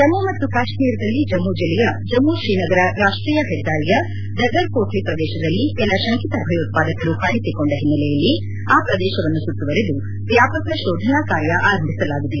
ಜಮ್ನು ಮತ್ತು ಕಾತ್ಮೀರದಲ್ಲಿ ಜಮ್ನು ಜಿಲ್ಲೆಯ ಜಮ್ನು ತ್ರೀನಗರ ರಾಷ್ಟೀಯ ಹೆದ್ದಾರಿಯ ಜಜರ್ಕೋಟ್ನ ಪ್ರದೇಶದಲ್ಲಿ ಕೆಲ ಶಂಕಿತ ಭಯೋತ್ಪಾದಕರು ಕಾಣಿಸಿಕೊಂಡ ಹಿನ್ನೆಲೆಯಲ್ಲಿ ಆ ಪ್ರದೇಶವನ್ನು ಸುತ್ತುವರೆದು ವ್ಯಾಪಕ ಶೋಧನಾ ಕಾರ್ಯ ಆರಂಭಿಸಲಾಗಿದೆ